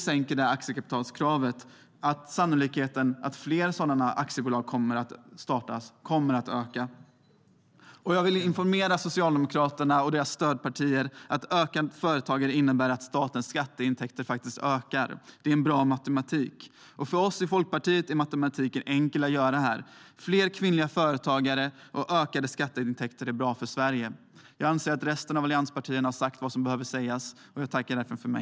Sänker vi aktiekapitalskravet ökar sannolikheten för att fler sådana aktiebolag startas. Låt mig informera Socialdemokraterna och deras stödpartier om att fler företagare innebär att statens skatteintäkter ökar. Det är bra matematik. För Folkpartiet är denna matematik enkel. Fler kvinnliga företagare och ökade skatteintäkter är bra för Sverige. De övriga alliansföreträdarna har sagt vad som behöver sägas, så jag tackar för mig.